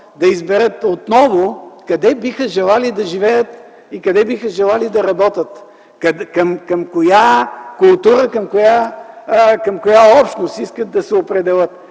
да изберат отново къде биха желали да живеят и къде биха желали да работят, към коя култура, към коя общност искат да се определят.